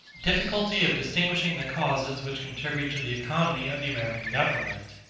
difficulty of distinguishing the causes which contribute to the economy of the american government